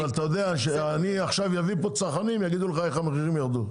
אבל אתה יודע שאני אביא לפה צרכנים והם יגידו לך איך המחירים ירדו.